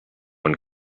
when